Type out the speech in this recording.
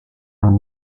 are